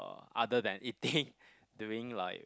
other than eating during like